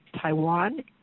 Taiwan